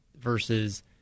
versus